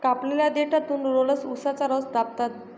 कापलेल्या देठातून रोलर्स उसाचा रस दाबतात